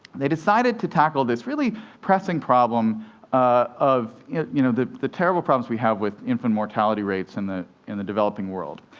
they decided to tackle this really pressing problem of you know the the terrible problems we have with infant mortality rates in the in the developing world.